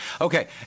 Okay